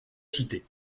cité